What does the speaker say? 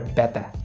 better